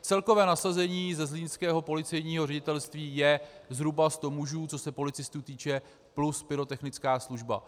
Celkové nasazení ze zlínského policejního ředitelství je zhruba sto mužů, co se policistů týče, plus pyrotechnická služba.